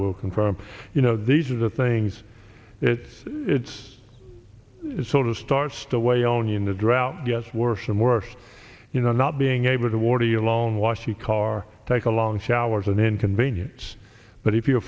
will come from you know these are the things it's it's it's sort of starts the way only in the drought yes worse and worse you know not being able to water your lawn wash your car take a long shower is an inconvenience but if you're a